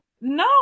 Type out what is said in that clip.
No